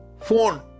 Phone